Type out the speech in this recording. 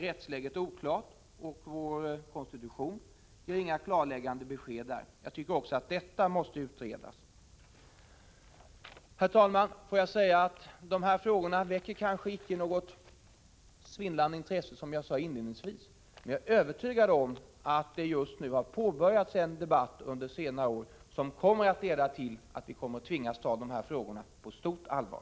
Rättsläget är oklart därvidlag, och i vår konstitution finns det inga klarläggande besked. Också detta måste utredas. Herr talman! De här frågorna väcker kanske icke något svindlande intresse, som jag sade inledningsvis, men under senare år har det påbörjats en debatt, som jag är övertygad om kommer att leda till att vi tvingas ta dessa frågor på stort allvar.